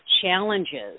challenges